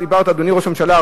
אדוני ראש הממשלה,